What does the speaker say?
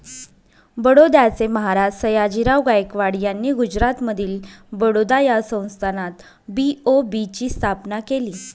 बडोद्याचे महाराज सयाजीराव गायकवाड यांनी गुजरातमधील बडोदा या संस्थानात बी.ओ.बी ची स्थापना केली